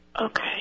Okay